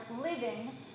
living